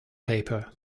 paper